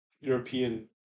European